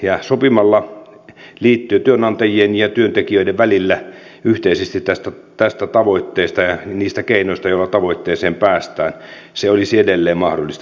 ja sopimalla liittojen työnantajien ja työntekijöiden välillä yhteisesti tästä tavoitteesta ja niistä keinoista joilla tavoitteeseen päästään se olisi edelleen mahdollista